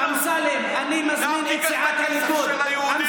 גם תיקח את הכסף של היהודים,